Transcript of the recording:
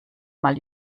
mal